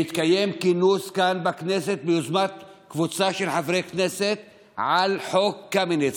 מתקיים כינוס כאן בכנסת ביוזמת קבוצה של חברי כנסת על חוק קמיניץ,